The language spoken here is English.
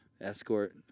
escort